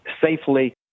safely